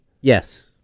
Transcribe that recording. Yes